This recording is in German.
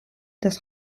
des